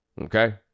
Okay